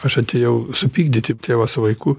aš atėjau supykdyti tėvą su vaiku